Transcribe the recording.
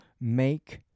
make